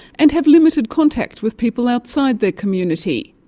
and have limited contact with people outside their community.